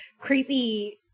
creepy